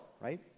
right